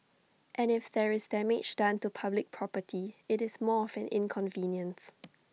and if there is damage done to public property IT is more of an inconvenience